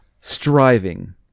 striving